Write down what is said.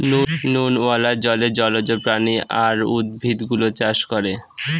নুনওয়ালা জলে জলজ প্রাণী আর উদ্ভিদ গুলো চাষ করে